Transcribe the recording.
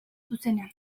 zuzenean